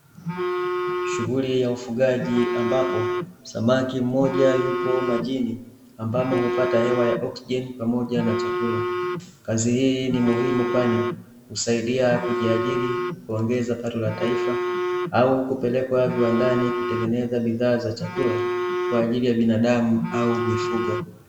Shughuli ya ufugaji ambapo samaki mmoja yupo majini ambamo hupata hewa ya oksijei pamoja na chakula. Kazi hii ni muhimu kwani husaidia kujiajiri, kuongeza pato la taifa, au kupelekwa viwandani kutengeneza bidhaa za chakula kwaajili ya binadamu au mifugo.